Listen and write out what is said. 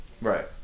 Right